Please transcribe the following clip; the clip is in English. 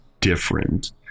different